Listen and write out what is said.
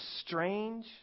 strange